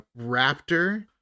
Raptor